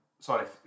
Sorry